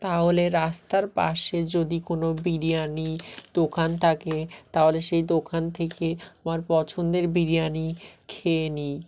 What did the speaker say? তাহলে রাস্তার পাশে যদি কোনো বিরিয়ানি দোকান থাকে তাহলে সেই দোকান থেকে আমার পছন্দের বিরিয়ানি খেয়ে নিই